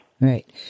Right